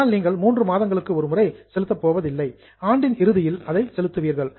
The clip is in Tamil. ஆனால் நீங்கள் 3 மாதங்களுக்கு ஒரு முறை செலுத்தப் போவதில்லை ஆண்டின் இறுதியில் அதை செலுத்துவீர்கள்